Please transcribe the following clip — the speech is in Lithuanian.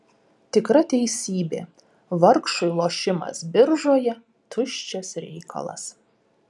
tikra teisybė vargšui lošimas biržoje tuščias reikalas